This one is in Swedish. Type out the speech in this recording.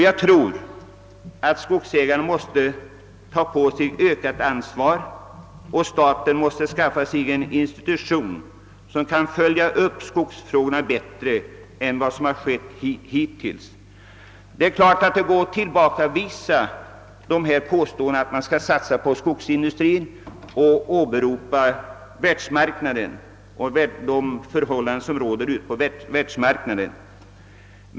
Jag tror att skogsägarna måste ta på sig ett ökat ekonomiskt ansvar och att staten måste inrätta en institution som kan följa upp skogsfrågorna bättre än vad som hittills skett. Det är klart att det går att tillbakavisa påståendena att man skall satsa på skogsindustrin och åberopa konkurrensen på världsmarknaden.